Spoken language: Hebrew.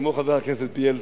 כמו חבר הכנסת בילסקי,